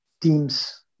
teams